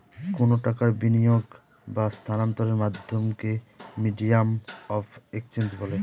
কোনো টাকার বিনিয়োগ বা স্থানান্তরের মাধ্যমকে মিডিয়াম অফ এক্সচেঞ্জ বলে